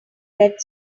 red